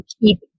keep